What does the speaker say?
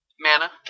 Mana